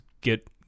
get